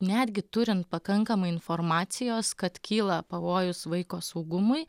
netgi turint pakankamai informacijos kad kyla pavojus vaiko saugumui